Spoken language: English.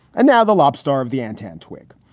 and now the lob star of the antenna twigg.